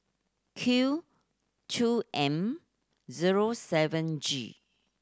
Q two M zero seven G